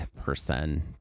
person